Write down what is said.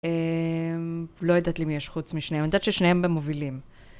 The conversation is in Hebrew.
לא יודעת למי יש חוץ משניהם, אני יודעת ששניהם במובילים.